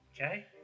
Okay